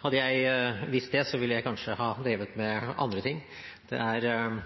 Hadde jeg visst det, ville jeg kanskje ha drevet med andre ting. Det er